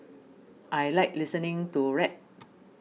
I like listening to rap